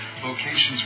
locations